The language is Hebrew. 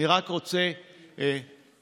אני רק רוצה פתרון